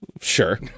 Sure